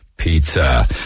pizza